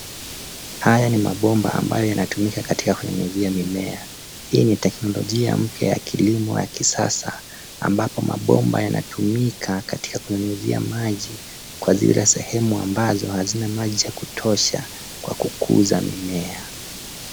Haya ni mabomba ambayo yanatumika kunyunyizia mimea. Hii ni teknolojia mpya ya kilimo ya kisasa ambap mabomba yanatumika katika kunyunyizia maji kwa zile sehemu ambazo hazina maji ya kutosha kwa kukuza mimea.